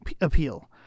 appeal